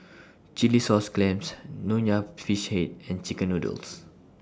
Chilli Sauce Clams Nonya Fish Head and Chicken Noodles